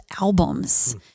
albums